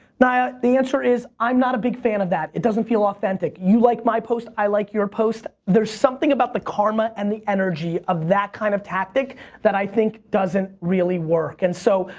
nya, the answer is i'm not a big fan of that, it doesn't feel authentic. you like my posts, i like your posts. there's something about the karma and the energy of that kind of tactic that i think doesn't really work. and so,